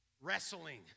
wrestling